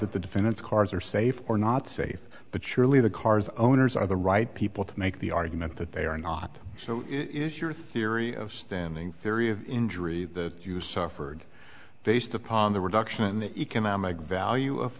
that the defendant's cars are safe or not safe but surely the car's owners are the right people to make the argument that they are not so if your theory of standing theory of injury that you suffered based upon the reduction in economic value of